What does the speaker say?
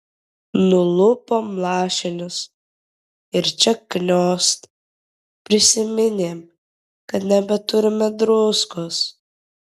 nulupom lašinius ir čia kniost prisiminėm kad nebeturime druskos